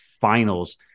finals